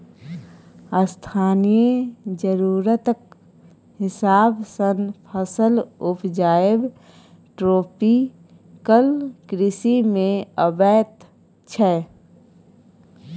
स्थानीय जरुरतक हिसाब सँ फसल उपजाएब ट्रोपिकल कृषि मे अबैत छै